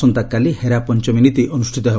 ଆସନ୍ତାକାଲି ହେରାପଂଚମୀ ନୀତି ଅନୁଷ୍ବିତ ହେବ